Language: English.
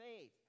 faith